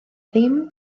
ddim